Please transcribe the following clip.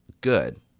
good